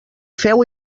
feu